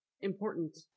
important